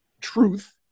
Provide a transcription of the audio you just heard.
truth